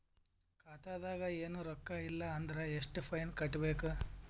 ಖಾತಾದಾಗ ಏನು ರೊಕ್ಕ ಇಲ್ಲ ಅಂದರ ಎಷ್ಟ ಫೈನ್ ಕಟ್ಟಬೇಕು?